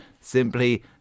simply